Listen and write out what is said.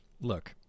Look